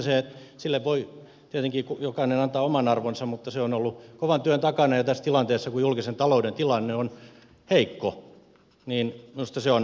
se on fakta ja minusta sille voi tietenkin jokainen antaa oman arvonsa mutta se on ollut kovan työn takana ja tässä tilanteessa kun julkisen talouden tilanne on heikko minusta se on erinomainen tilaisuus